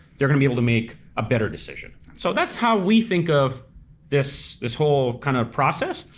they're gonna be able to make a better decision. so that's how we think of this this whole kind of process,